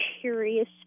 curious